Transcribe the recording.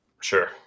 Sure